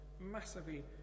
massively